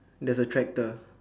there's a tractor